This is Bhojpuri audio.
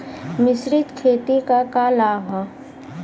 मिश्रित खेती क का लाभ ह?